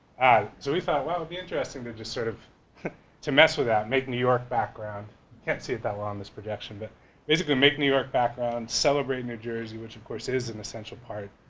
so we thought, wow, it would be interesting to to sort of mess with that, make new york background can't see it that well on this projection but basically make new york background celebrate new jersey, which of course it is an essential part,